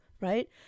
right